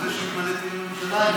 אחרי שהתמניתי לממשלה,